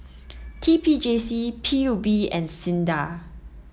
T P J C P U B and SINDA